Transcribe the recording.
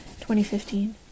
2015